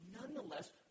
nonetheless